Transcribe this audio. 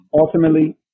ultimately